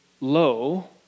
Lo